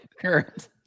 current